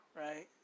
right